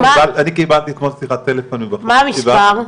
אני קיבלתי אתמול שיחת טלפון מבחור ישיבה --- מה המספר?